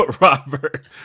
Robert